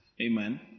Amen